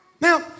Now